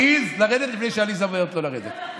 מעז, לרדת לפני שעליזה אומרת לו לרדת.